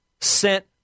sent